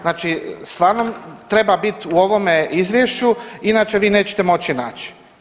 Znači stvarno treba bit u ovome izvješću, inače voi nećete moći naći.